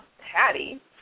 Patty